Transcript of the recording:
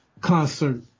concert